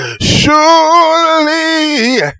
surely